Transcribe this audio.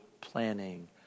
planning